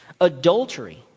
adultery